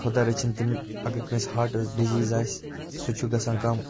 خۄدا رٔچھِنۍ تِم اگر کٲنٛسہِ ہارٹَس ڈِزیٖز آسہِ سُہ چھُ گژھان کَم